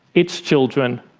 its children,